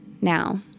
now